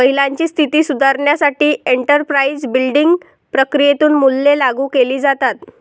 महिलांची स्थिती सुधारण्यासाठी एंटरप्राइझ बिल्डिंग प्रक्रियेतून मूल्ये लागू केली जातात